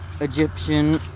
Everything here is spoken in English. Egyptian